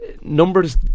numbers